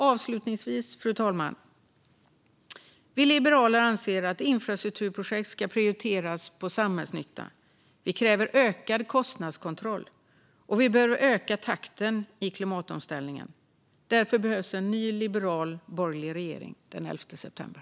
Avslutningsvis, fru talman, anser vi liberaler att infrastrukturprojekt ska prioriteras utifrån samhällsnytta. Vi kräver ökad kostnadskontroll, och vi behöver öka takten i klimatomställningen. Därför behövs en ny liberal borgerlig regering den 11 september.